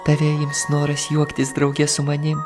tave ims noras juoktis drauge su manim